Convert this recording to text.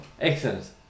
Excellent